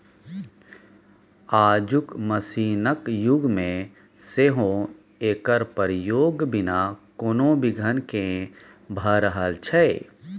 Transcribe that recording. आजुक मशीनक युग मे सेहो एकर प्रयोग बिना कोनो बिघ्न केँ भ रहल छै